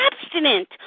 abstinent